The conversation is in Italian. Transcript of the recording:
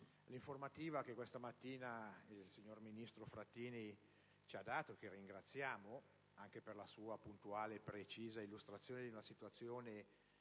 l'informativa che questa mattina ha svolto il signor ministro Frattini, che ringraziamo per la sua puntuale e precisa illustrazione di una situazione